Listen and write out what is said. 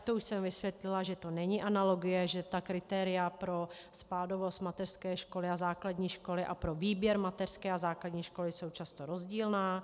To už jsem vysvětlila, že to není analogie, že kritéria pro spádovost mateřské a základní školy a pro výběr mateřské a základní školy jsou často rozdílná.